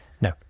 No